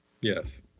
Yes